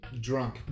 drunk